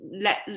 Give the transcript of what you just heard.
let